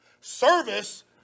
Service